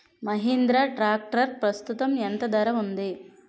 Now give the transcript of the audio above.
Mahindra tractor ప్రస్తుతం ఎంత ధర ఉంది?